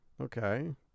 Okay